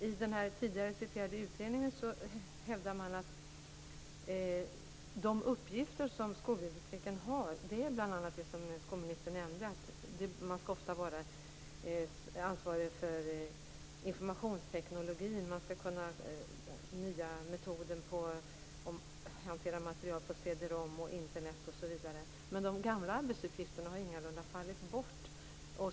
I den tidigare citerade utredningen hävdas att det bland skolbibliotekens uppgifter, som skolministern nämnde, ofta ingår att ha ansvar för informationsteknologin. Man skall kunna nya metoder att hantera material på cd-rom, Internet, osv. Men de gamla arbetsuppgifterna har ingalunda fallit bort.